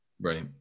Right